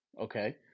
okay